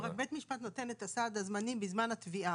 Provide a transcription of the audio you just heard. אבל בית משפט נותן את הסעד הזמני בזמן התביעה.